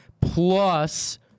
Plus